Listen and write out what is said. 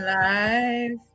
life